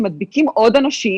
שמדביקים עוד אנשים.